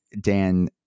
dan